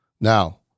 Now